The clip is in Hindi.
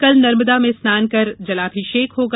कल नर्मदा में स्नान कर जलाभिषेक होगा